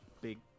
big